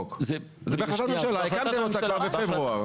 זה בהחלטת ממשלה, הקמתם אותה כבר בפברואר.